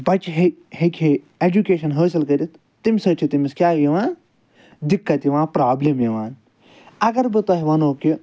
بَچہِ ہیٚکہِ ہیٚکہِ ہے ایٚجُکیشَن حٲصِل کٔرِتھ تَمہِ سۭتۍ چھِ تٔمِس کیاہ یِوان دِقت یِوان پرابلِم یِوان اگر بہٕ تۄہہِ وَنو کہِ